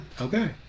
okay